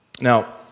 Now